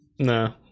No